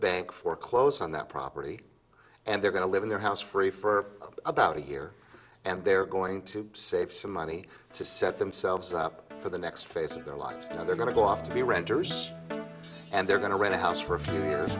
bank foreclose on that property and they're going to live in their house free for about a year and they're going to save some money to set themselves up for the next phase of their lives and they're going to go off to be renters and they're going to rent a house for a few years